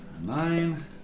Nine